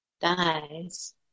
dies